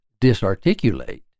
disarticulate